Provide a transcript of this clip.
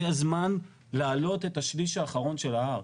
זה הזמן לעלות את השליש האחרון של ההר.